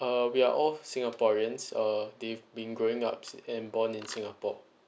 uh we are all singaporeans uh we've been growing up and born in singapore